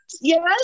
yes